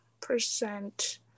Percent